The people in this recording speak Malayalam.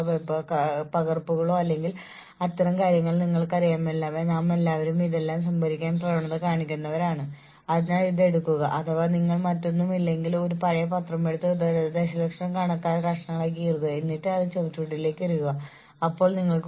അതിനാൽ ഒരേ സമയം നിരവധി കാര്യങ്ങൾ ചെയ്യാൻ കഴിയുന്ന ആളുകളുണ്ടാകാം കൂടാതെ ഇരട്ട കരിയർ ഗോവണി ഉള്ളത് അത്തരം ജീവനക്കാരെ സിസ്റ്റത്തിൽ കയറാൻ സഹായിക്കുകയും ഇപ്പോഴും പ്രചോദനം അനുഭവിക്കുകയും ചെയ്യും